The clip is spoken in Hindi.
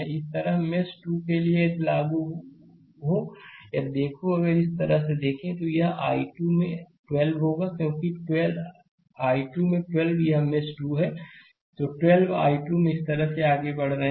इसी तरह मेष 2 के लिए यदि लागू हो यदि देखो अगर इस तरह से देखें तो यह I2 में 12 होगा क्योंकि I2 में 12 यह मेष 2 है 12 I2 में इस तरह से आगे बढ़ रहे हैं